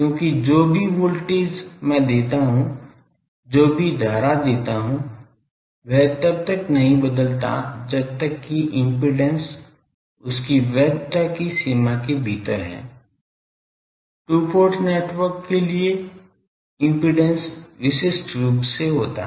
क्योंकि जो भी वोल्टेज मैं देता हूं जो भी धारा देता हूं वह तब तक नहीं बदलता है जब तक कि इम्पीडेन्स इसकी वैधता की सीमा के भीतर है 2 पोर्ट नेटवर्क के लिए इम्पीडेन्स विशिष्ट रूप से होता है